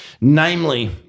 Namely